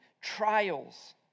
trials